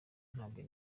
ntabyo